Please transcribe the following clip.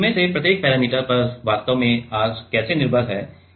अब इनमें से प्रत्येक पैरामीटर पर वास्तव में R कैसे निर्भर है